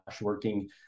working